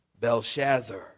Belshazzar